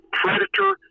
predator